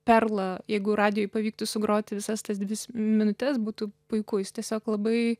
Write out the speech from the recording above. perlą jeigu radijuj pavyktų sugroti visas tas dvi minutes būtų puiku jis tiesiog labai